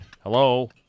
Hello